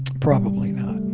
probably not.